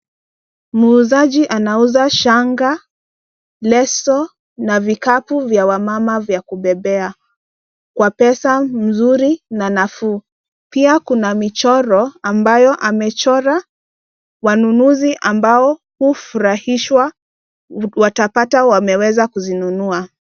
Muuzaji anauza shanga, leso na vikapu vya wamama vya kubebea, kwa pesa nzuri na nafuu. Pia kuna michoro ambayo amechora wanunuzi ambao hufurahishwa watapata wameweza kuzinunua.